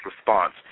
response